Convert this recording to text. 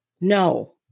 No